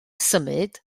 symud